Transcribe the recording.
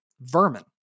vermin